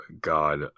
god